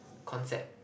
concept